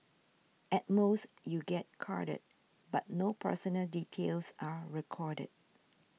at most you get carded but no personal details are recorded